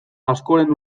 askoren